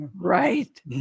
Right